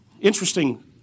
interesting